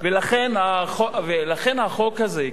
לכן החוק הזה,